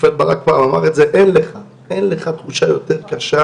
השופט ברק פעם אמר: אין לך תחושה יותר קשה